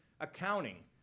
accounting